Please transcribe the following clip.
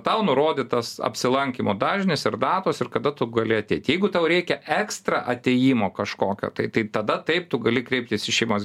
tau nurodytas apsilankymų dažnis ir datos ir kada tu gali ateit jeigu tau reikia ekstra atėjimo kažkokio tai tai tada taip tu gali kreiptis į šeimos